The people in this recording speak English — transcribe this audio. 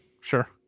Sure